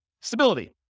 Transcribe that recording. Stability